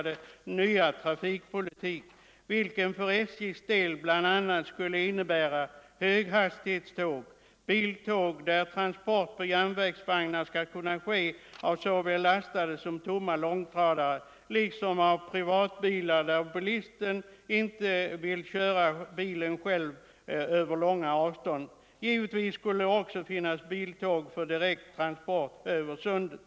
Denna skulle för SJ:s del bl.a. innebära höghastighetståg och Torsdagen den själv över långa avstånd. Givetvis skulle det också finnas biltåg för direkt — Ang. Öresundsför transport över sundet.